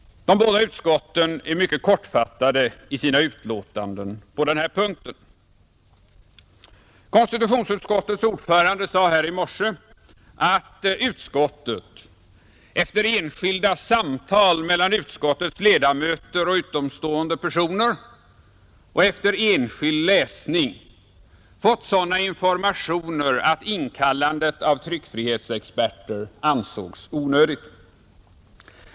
De båda utskotten är mycket kortfattade i sina kommentarer på denna punkt. Konstitutionsutskottets ordförande sade här i morse att utskottet efter enskilda samtal mellan utskottsledamöter och utom stående personer och efter enskild läsning fått sådana informationer att inkallandet av tryckfrihetsexperter ansågs onödigt.